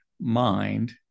mind